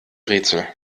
rätsel